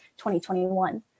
2021